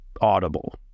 audible